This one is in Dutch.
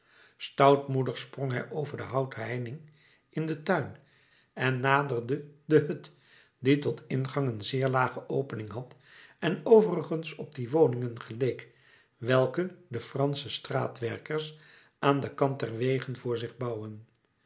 stoutmoedig sprong hij over de houten heining in den tuin en naderde de hut die tot ingang een zeer lage opening had en overigens op die woningen geleek welke de straatwerkers aan den kant der wegen voor zich bouwen